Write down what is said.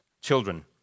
children